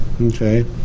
Okay